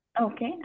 Okay